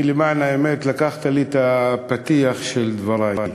אני, למען האמת, לקחת לי את הפתיח של דברי.